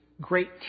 great